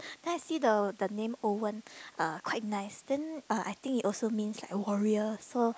then I see the the name Owen uh quite nice then uh I think it also means like warrior so